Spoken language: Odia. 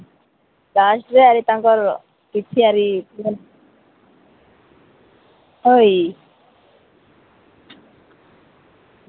ଲାଷ୍ଟରେ ଆଜି ତାଙ୍କର କିଛି ହଇ